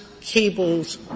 cables